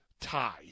tie